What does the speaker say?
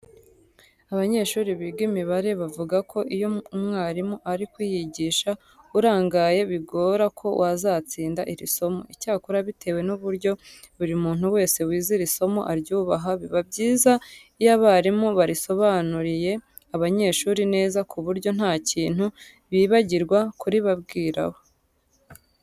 Abanyeshuri biga imibare bavuga ko iyo umwarimu ari kuyigisha urangaye bigora ko wazatsinda iri somo. Icyakora bitewe n'uburyo buri muntu wese wize iri somo aryubaha, biba byiza iyo abarimu barisobanuriye abanyeshuri neza ku buryo nta kintu bibagirwa kuribabwiraho.